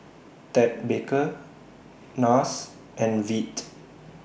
Ted Baker Nars and Veet